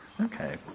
okay